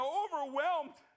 overwhelmed